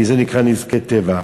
כי זה נקרא "נזקי טבע",